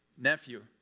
Nephew